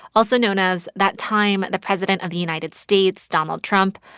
also known as that time the president of the united states, donald trump,